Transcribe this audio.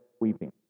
weeping